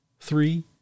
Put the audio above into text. three